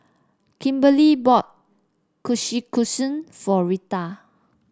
Kimberli bought Kushikatsu for Reta